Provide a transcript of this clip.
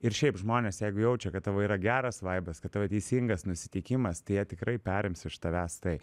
ir šiaip žmonės jeigu jaučia kad tavo yra geras vaibas kad tavo teisingas nusiteikimas tai jie tikrai perims iš tavęs tai